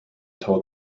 told